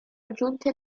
aggiunti